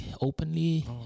openly